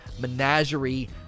menagerie